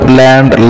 land